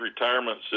retirement